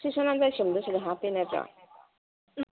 ꯏꯆꯦ ꯁꯅꯥꯝꯆꯥꯒꯤ ꯁꯤꯝꯗꯨ ꯁꯤꯗ ꯍꯥꯞꯇꯣꯏ ꯅꯠꯇ꯭ꯔꯣ ꯎꯝ